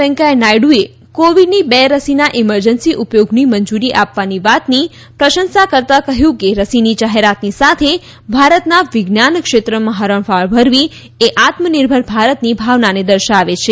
વેંકૈયા નાયડુએ કોવિડની બે રસીના ઇમરજન્સી ઉપયોગની મંજુરી આપવાની વાતની પ્રશંસા કરતાં કહ્યું કે રસીની જાહેરાતની સાથે ભારતના વિજ્ઞાન ક્ષેત્રમાં હરણફાળ ભરવી એ આત્મનિર્ભર ભારતની ભાવનાને દર્શાવે છે